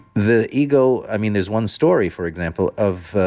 the ego. i mean there's one story for example of,